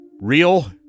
real